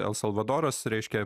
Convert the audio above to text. el salvadoras reiškia